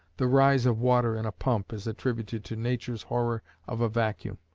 the rise of water in a pump is attributed to nature's horror of a vacuum.